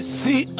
see